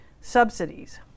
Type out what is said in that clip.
subsidies